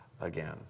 again